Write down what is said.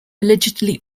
allegedly